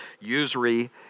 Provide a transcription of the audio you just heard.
usury